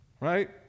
right